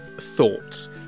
thoughts